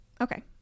Okay